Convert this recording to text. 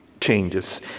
changes